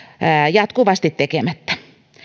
jatkuvasti tekemättä